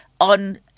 on